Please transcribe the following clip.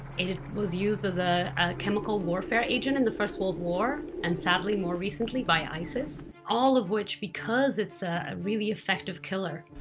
it was used as a chemical warfare agent in the first world war, and sadly more recently, by isis, all of which because it's a really effective killer.